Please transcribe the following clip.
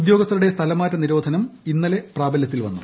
ഉദ്യോഗസ്ഥരുടെ സ്ഥലംമാറ്റ നിരോധനം ഇന്നലെ പ്രാബലൃത്തിൽ വന്നു